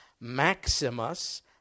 Maximus